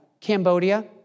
Cambodia